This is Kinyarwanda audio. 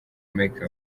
make